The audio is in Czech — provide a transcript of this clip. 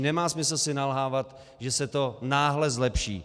Nemá smysl si nalhávat, že se to náhle zlepší.